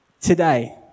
today